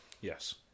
Yes